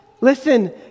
Listen